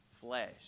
flesh